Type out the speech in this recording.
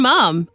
Mom